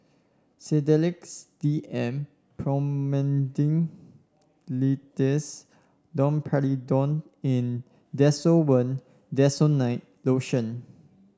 Sedilix D M Promethazine Linctus Domperidone and Desowen Desonide Lotion